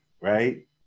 right